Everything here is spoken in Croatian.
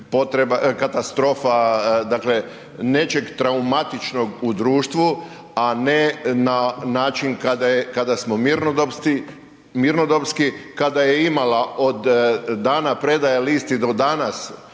katastrofa, dakle nečeg traumatičnog u društvu a ne na način kada smo mirnodopski, kada je imala od dana predaje .../Govornik